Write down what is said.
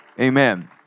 Amen